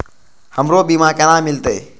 हमरो बीमा केना मिलते?